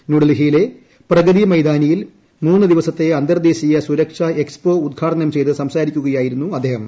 ന്യൂഡൽഹിയിലെ പ്രഗതി മൈതാനിൽ മൂന്നു ദിവസത്തെ അന്തർദേശീയ സുരക്ഷാ എക്സ്പോ ഉദ്ഘാടനം ചെയ്ത് സംസാരിക്കുകയായിരുന്നു അദ്ദേഹം